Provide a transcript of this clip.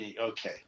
okay